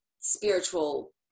spiritual